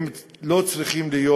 הם לא צריכים להיות.